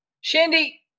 Shandy